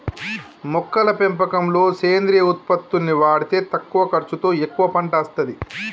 మొక్కల పెంపకంలో సేంద్రియ ఉత్పత్తుల్ని వాడితే తక్కువ ఖర్చుతో ఎక్కువ పంట అస్తది